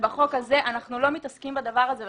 בחוק הזה אנחנו לא מתעסקים בדבר הזה.